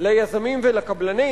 ליזמים ולקבלנים